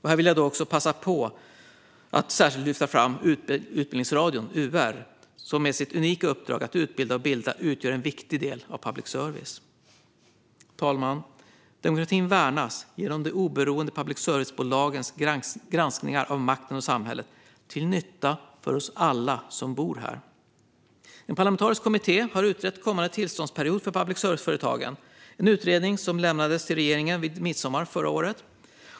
Här vill jag passa på att särskilt lyfta fram Utbildningsradion, UR, som med sitt unika uppdrag att utbilda och bilda utgör en viktig del av public service. Fru talman! Demokratin värnas genom de oberoende public service-bolagens granskningar av makten och samhället, till nytta för oss alla som bor här. En parlamentarisk kommitté har utrett kommande tillståndsperiod för public service-företagen. En utredning lämnades till regeringen vid midsommar förra året.